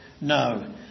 No